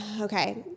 Okay